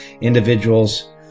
individuals